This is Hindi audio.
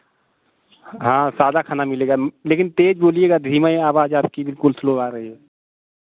हाँ सादा खाना मिलेगा लेकिन तेज़ बोलिएगा धीमे आवाज़ बिल्कुल आपकी स्लो आ रही है